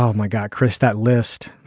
um my god, chris, that list.